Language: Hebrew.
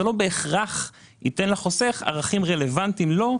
זה לא בהכרח ייתן לחוסך ערכים רלוונטיים לו,